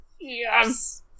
Yes